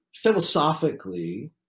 philosophically